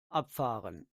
abfahren